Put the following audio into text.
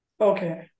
Okay